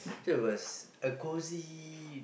so it was a cozy